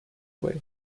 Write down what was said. way